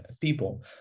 people